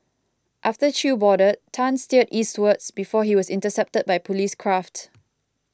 after Chew boarded Tan steered eastwards before he was intercepted by police craft